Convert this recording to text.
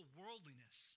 worldliness